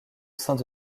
saint